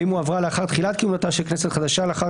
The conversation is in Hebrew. ואם הועברה לאחר תחילת כהונתה של כנסת חדשה לאחר